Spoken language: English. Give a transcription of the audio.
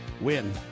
win